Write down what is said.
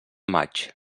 maig